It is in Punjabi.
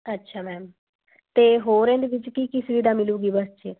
ਅੱਛਾ ਮੈਮ ਤੇ ਹੋਰ ਇਹਦੇ ਵਿੱਚ ਕੀ ਕੀ ਸੂਵਿਧਾ ਮਿਲੂਗੀ ਬਸ ਚ